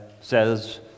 says